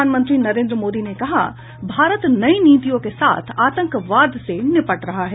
प्रधानमंत्री नरेन्द्र मोदी ने कहा भारत नई नीतियों के साथ आतंकवाद से निपट रहा है